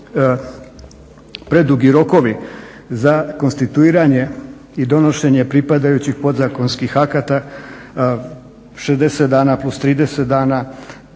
predugi rokovi za konstituiranje i donošenje pripadajućih podzakonskih akata 60 dana plus 30 dana